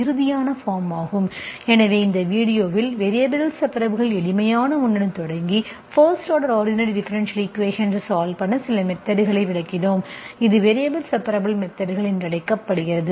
இறுதி ஆன பார்ம் ஆகும் எனவே இந்த வீடியோவில் வேரியபல்கள் செப்பரப்புள் எளிமையான ஒன்றிலிருந்து தொடங்கி first order ordinary differential equations solve பண்ண சில மெத்தட்களை விளக்கினோம் இது வேரியபல் செப்பரப்புள் மெத்தட்கள் என்று அழைக்கப்படுகிறது